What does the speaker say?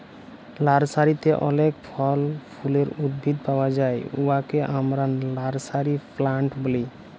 লার্সারিতে অলেক ফল ফুলের উদ্ভিদ পাউয়া যায় উয়াকে আমরা লার্সারি প্লান্ট ব্যলি